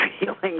Feelings